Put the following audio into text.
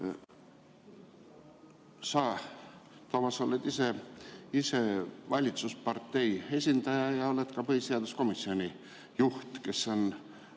Sa, Toomas, oled ise valitsuspartei esindaja ja oled ka põhiseaduskomisjoni juht, kes on